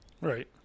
Right